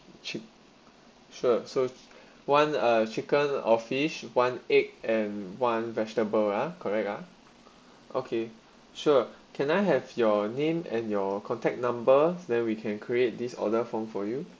chick sure so one uh chicken or fish one egg and one vegetable ah correct ah okay sure can I have your name and your contact number then we can create this order form for you